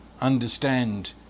understand